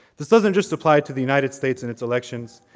this doesn't just apply to the united states and its elections,